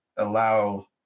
allow